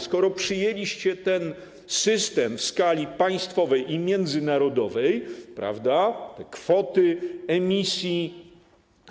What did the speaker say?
Skoro przyjęliście ten system w skali państwowej i międzynarodowej, prawda, kwoty emisji,